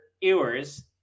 Ewers